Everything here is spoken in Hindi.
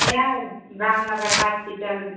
यहाँ रामनगर हास्पिटल